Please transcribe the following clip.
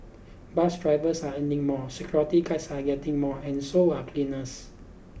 bus drivers are earning more security guards are getting more and so are cleaners